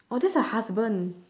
oh that's her husband